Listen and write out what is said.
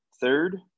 Third